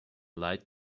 light